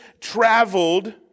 traveled